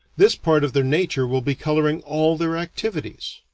this part of their nature will be coloring all their activities.